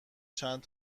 چند